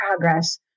progress